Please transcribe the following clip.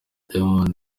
diamond